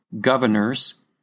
governors